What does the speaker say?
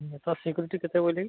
security କେତେ ବୋଇଲେ